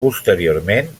posteriorment